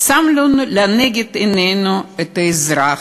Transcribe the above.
שמנו לנגד עינינו את האזרח,